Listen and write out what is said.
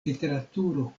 literaturo